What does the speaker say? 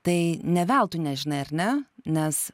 tai ne veltui nežinai ar ne nes